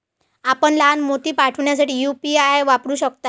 आपण लहान मोती पाठविण्यासाठी यू.पी.आय वापरू शकता